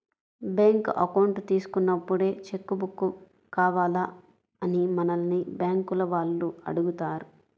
bank account తీసుకున్నప్పుడే cheque book కావాలా అని మనల్ని బ్యేంకుల వాళ్ళు అడుగుతారు